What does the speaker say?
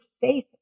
faith